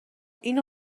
اینو